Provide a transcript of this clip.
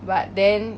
but then